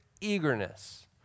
eagerness